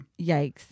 Yikes